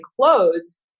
clothes